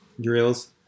drills